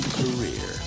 career